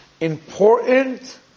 important